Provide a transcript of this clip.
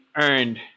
earned